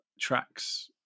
tracks